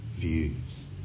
views